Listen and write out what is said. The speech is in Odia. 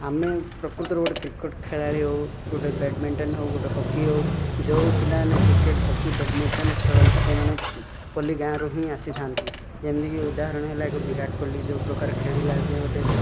ଆମେ ପ୍ରକୃତରେ ଗୋଟିଏ କ୍ରିକେଟ୍ ଖେଳାଳି ହେଉ ଗୋଟିଏ ବ୍ୟାଡ଼ମିଣ୍ଟନ୍ ହେଉ ଗୋଟିଏ ହକି ହେଉ ଯେଉଁ ପିଲାମାନେ କ୍ରିକେଟ୍ ହକି ବ୍ୟାଡ଼ମିଣ୍ଟନ୍ ଖେଳନ୍ତି ସେଇମାନେ ପଲ୍ଲୀ ଗାଁ ରୁ ହିଁ ଆସିଥାନ୍ତି ଯେମିତିକି ଉଦାହରଣ ହେଲା କି ବିରାଟ କୋହଲି ଯେଉଁ ପ୍ରକାର ଖେଳିଲା ଯେଉଁ ଗୋଟିଏ